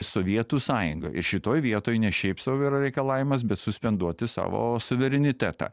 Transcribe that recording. sovietų sąjunga ir šitoj vietoj ne šiaip sau vyro reikalavimas bet suspenduoti savo suverenitetą